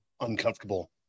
uncomfortable